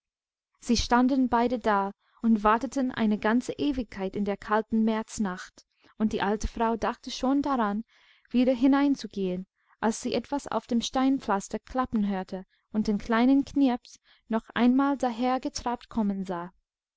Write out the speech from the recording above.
sie standen beide da und warteten eine ganze ewigkeit in der kalten märznacht und die alte frau dachte schon daran wieder hineinzugehen als sie etwas auf dem steinpflaster klappern hörte und den kleinen knirps noch einmal dahergetrabt kommen sah